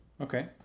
Okay